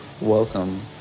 welcome